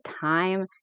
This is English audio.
time